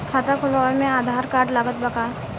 खाता खुलावे म आधार कार्ड लागत बा का?